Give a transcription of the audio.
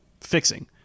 fixing